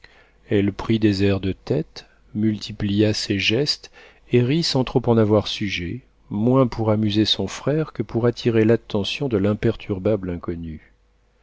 elle prit des airs de tête multiplia ses gestes et rit sans trop en avoir sujet moins pour amuser son frère que pour attirer l'attention de l'imperturbable inconnu